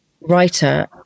writer